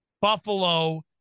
Buffalo